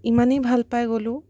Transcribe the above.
ইমানেই ভালপাই গ'লো